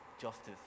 justice